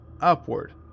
upward